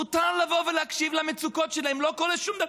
מותר לבוא ולהקשיב למצוקות שלהם, לא קורה שום דבר.